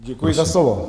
Děkuji za slovo.